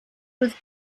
with